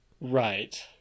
Right